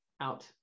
out